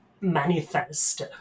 manifest